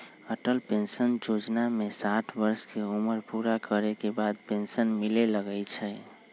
Atal pension जोजना में साठ वर्ष के उमर पूरा करे के बाद पेन्सन मिले लगैए छइ